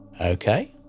Okay